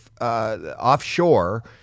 offshore